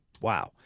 Wow